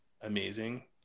amazing